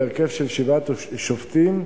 בהרכב של שבעה שופטים,